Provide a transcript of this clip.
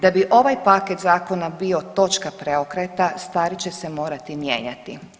Da bi ovaj paket zakona bio točka preokreta stvari će se morati mijenjati.